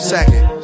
Second